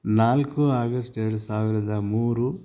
ನಾಲ್ಕು ಆಗಸ್ಟ್ ಎರಡು ಸಾವಿರದ ಮೂರು